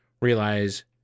realize